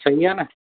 सही आहे न